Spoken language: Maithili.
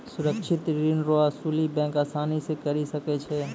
सुरक्षित ऋण रो असुली बैंक आसानी से करी सकै छै